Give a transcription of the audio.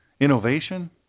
innovation